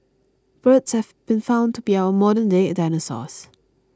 birds have been found to be our modernday dinosaurs